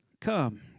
Come